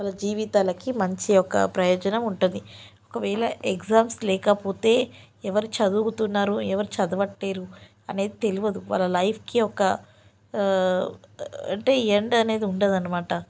వాళ్ళ జీవితాలకి మంచి ఒక ప్రయోజనం ఉంటుంది ఒకవేళ ఎగ్జామ్స్ లేకపోతే ఎవరు చదువుతున్నారు ఎవరు చదవట్లేదు అనేది తెలీదు వాళ్ళ లైఫ్కి ఒక అంటే ఎండ్ అనేది ఉండదన్నమాట